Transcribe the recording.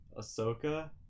Ahsoka